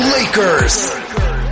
Lakers